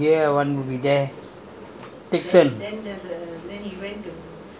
one in uh chennai one in here and one will be here and one will be there